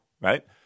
right